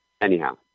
anyhow